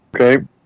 Okay